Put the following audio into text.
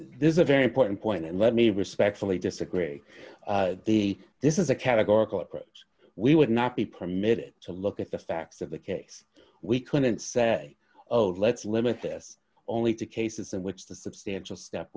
this is a very important point and let me respectfully disagree the this is a categorical approach we would not be permitted to look at the facts of a case we couldn't say oh let's limit this only to cases in which the substantial step